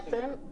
הערה קטנה אחת.